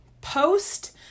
post